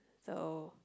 so